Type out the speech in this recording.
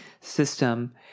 system